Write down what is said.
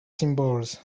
symbols